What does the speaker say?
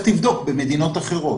לך תבדוק מה קורה במדינות אחרות